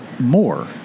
more